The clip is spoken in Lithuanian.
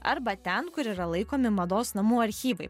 arba ten kur yra laikomi mados namų archyvai